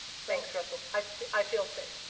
thanks russel. i feel safe.